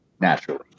naturally